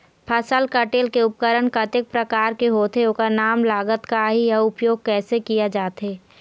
फसल कटेल के उपकरण कतेक प्रकार के होथे ओकर नाम लागत का आही अउ उपयोग कैसे किया जाथे?